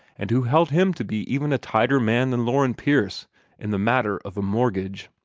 and who held him to be even a tighter man than loren pierce in the matter of a mortgage.